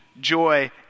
joy